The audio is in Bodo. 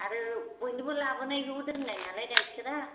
आरो बयनिबो लाबोनायखौ दोननाय नालाय गाइखेरा